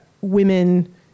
women